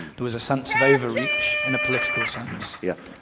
there was a sense of overreach in a political sense, yes,